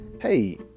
hey